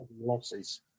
losses